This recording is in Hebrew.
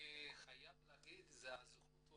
אני חייב להגיד, הזכות היא